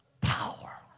Power